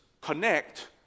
connect